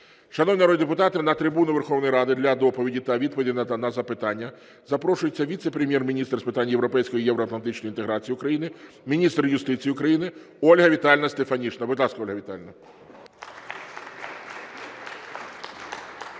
Шановні народні депутати, на трибуну Верховної Ради для доповіді та відповідей на запитання запрошується Віце-прем'єр-міністр з питань європейської та євроатлантичної інтеграції України – Міністр юстиції України Ольга Віталіївна Стефанішина. Будь ласка, Ольга Віталіївна. 10:27:58